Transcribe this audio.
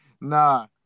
Nah